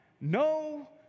no